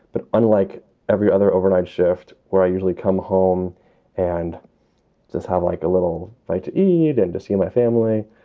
but unlike every other overnight shift where i usually come home and just have like a little bite to eat and to see my family,